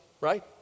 right